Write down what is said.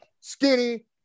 skinny